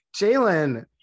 Jalen